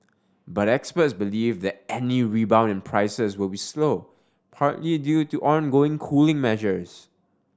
but experts believe that any rebound in prices will be slow partly due to ongoing cooling measures